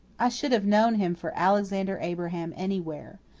i should have known him for alexander abraham anywhere.